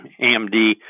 AMD